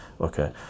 okay